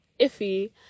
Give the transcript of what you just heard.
iffy